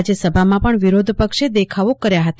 રાજયસભામાં પણ વિરોધપક્ષે દેખાવો કર્યા હતા